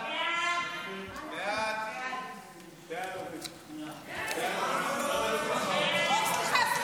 ההצעה להעביר את הצעת חוק לתיקון ולהארכת